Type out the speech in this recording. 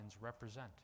represent